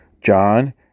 John